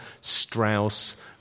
Strauss